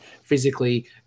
physically